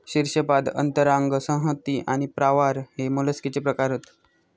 शीर्शपाद अंतरांग संहति आणि प्रावार हे मोलस्कचे प्रकार हत